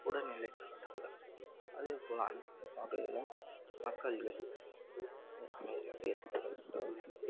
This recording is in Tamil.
உடல்நிலைக்காக அதேப் போல் அனைத்து மக்கள்களும் மக்கள்கள் ம் அமைதியாக இருக்க வேண்டும்